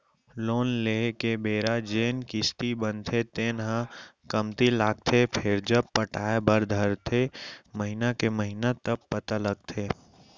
loan लेए के बेरा जेन किस्ती बनथे तेन ह कमती लागथे फेरजब पटाय बर धरथे महिना के महिना तब पता लगथे